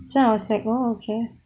then I was like oh okay